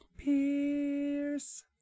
Pierce